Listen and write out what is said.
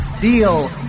deal